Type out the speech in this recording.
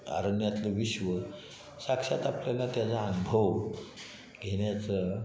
अरण्यातलं विश्व साक्षात आपल्याला त्याचा अनुभव घेण्याचं